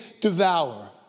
devour